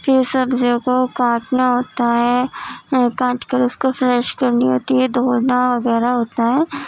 پھر سبزیـوں کو کاٹنا ہوتا ہے کاٹ کر اس کو فریش کرنی ہوتی ہے دھونا وغیرہ ہوتا ہے